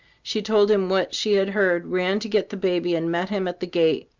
she told him what she had heard, ran to get the baby, and met him at the gate.